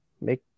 make